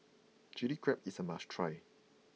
Chilli Crab is a must try